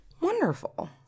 Wonderful